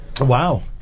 Wow